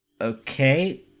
Okay